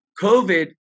COVID